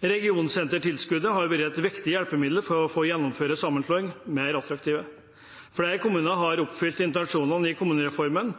Regionsentertilskuddet har vært et viktig hjelpemiddel for å gjøre sammenslåing mer attraktivt. Flere kommuner har oppfylt intensjonene i kommunereformen